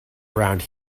around